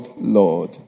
Lord